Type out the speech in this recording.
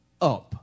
up